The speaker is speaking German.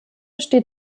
steht